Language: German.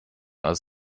aus